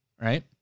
Right